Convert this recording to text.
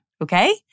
okay